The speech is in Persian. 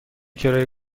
کرایه